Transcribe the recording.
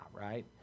right